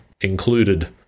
included